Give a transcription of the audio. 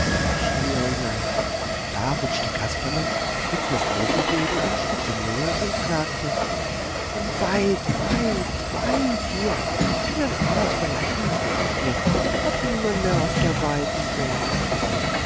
er ihn an da rutschte kasperle auf fritzles hosenboden ein stückchen näher und klagte von weit weit weit her bin ein armes verlassenes büble hab niemand mehr auf der weiten welt